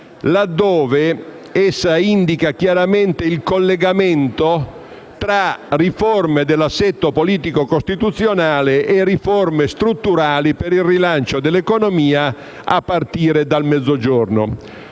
là dove essa indica chiaramente il collegamento tra riforme dell'assetto politico costituzionale e riforme strutturali per il rilancio dell'economia a partire dal Mezzogiorno.